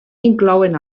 inclouen